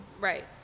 Right